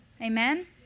Amen